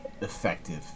effective